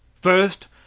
First